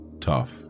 tough